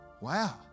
Wow